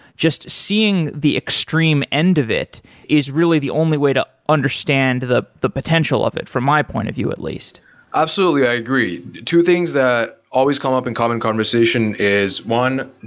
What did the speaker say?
just seeing the extreme end of it is really the only way to understand the the potential of it, from my point of view at least absolutely. i agree. two things that always come up in common conversation is one,